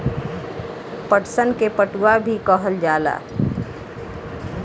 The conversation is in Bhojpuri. पटसन के पटुआ भी कहल जाला